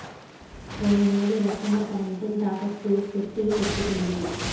పోయినేడు లచ్చమ్మ తన ఇంటిని తాకట్టు పెట్టి తెచ్చుకుంది